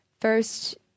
first